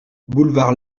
boulevard